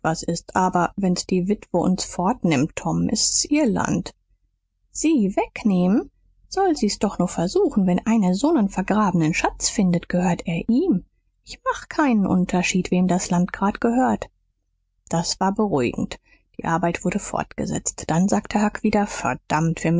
ist aber wenn's die witwe uns fortnimmt tom s ist ihr land sie wegnehmen soll sie's doch nur versuchen wenn einer so nen vergrabenen schatz findet gehört er ihm ich mach keinen unterschied wem das land grad gehört das war beruhigend die arbeit wurde fortgesetzt dann sagte huck wieder verdammt